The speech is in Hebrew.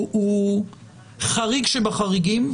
הוא חריג שבחריגים.